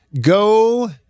Go